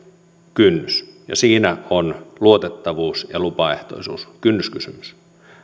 kynnys ja siinä on luotettavuus ja lupaehtoisuus kynnyskysymys